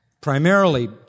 Primarily